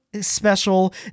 special